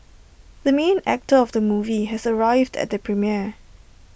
the main actor of the movie has arrived at the premiere